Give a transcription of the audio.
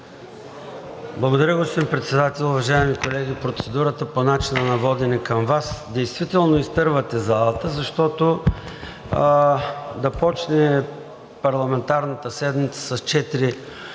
Благодаря, господин Председател. Уважаеми колеги! Процедурата е по начина на водене към Вас. Действително изтървавате залата, защото да почне парламентарната седмица с 4 лични